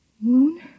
Moon